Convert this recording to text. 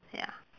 ya